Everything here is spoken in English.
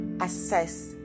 assess